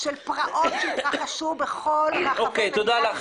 של פרעות שהתרחשו בכל רחבי מדינת ישראל,